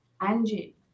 angie